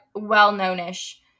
well-known-ish